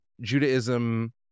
Judaism